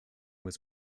was